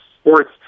sports